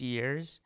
years